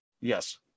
Yes